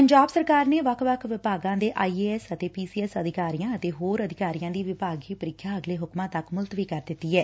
ਪੰਜਾਬ ਸਰਕਾਰ ਨੇ ਵੱਖ ਵੱਖ ਵਿਭਾਗਾ ਦੇ ਆਈਏਐਸ ਤੇ ਪੀਸੀਐਸ ਅਧਿਕਾਰੀਆ ਅਤੇ ਹੋਰ ਅਧਿਕਾਰੀਆਂ ਦੀ ਵਿਭਾਗੀ ਪ੍ਰੀਖਿਆ ਅਗਲੇ ਹੁਕਮਾਂ ਤੱਕ ਮੁਲਤਵੀ ਕਰ ਦਿੱਤੀ ਏ